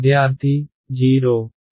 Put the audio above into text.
విద్యార్థి 0